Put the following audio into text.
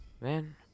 Man